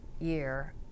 year